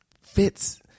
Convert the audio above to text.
fits